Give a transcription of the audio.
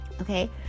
okay